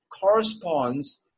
corresponds